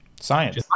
Science